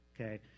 okay